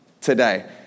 today